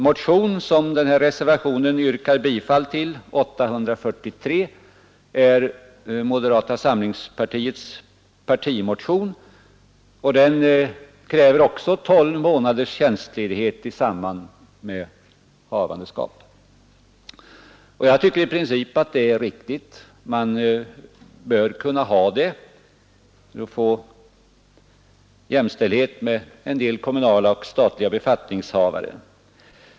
Motionen utmynnar i ett bifallsyrkande till moderata samlingspartiets partimotion 843, i vilken också krävs tolv månaders tjänstledighet i samband med havandeskap. I princip tycker jag det är riktigt. Det bör vara jämställdhet med de kommunala och statliga befattningshavare som har den förmånen.